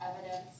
evidence